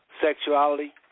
sexuality